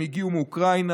הם הגיעו מאוקראינה,